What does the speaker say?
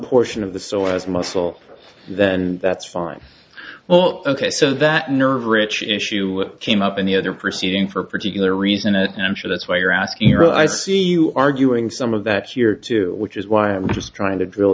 portion of the soil as muscle then that's fine well ok so that nerve rich issue came up in the other proceeding for particular reason and i'm sure that's why you're asking or i see you arguing some of that here too which is why i'm just trying to drill